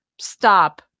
stop